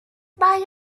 buy